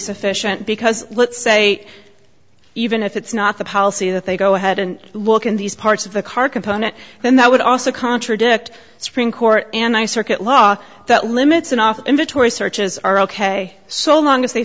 sufficient because let's say even if it's not the policy that they go ahead and look in these parts of the car component then that would also contradict supreme court and i circuit law that limits enough inventory searches are ok so long as they